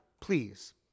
please